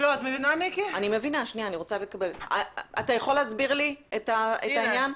אתה יכול להסביר לי את העניין?